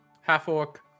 half-orc